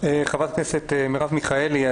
חברת הכנסת מרב מיכאלי,